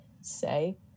say